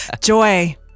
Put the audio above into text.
Joy